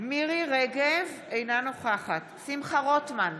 מירי מרים רגב, אינה נוכחת שמחה רוטמן,